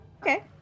okay